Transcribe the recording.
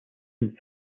and